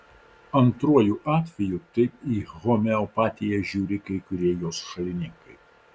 antruoju atveju taip į homeopatiją žiūri kai kurie jos šalininkai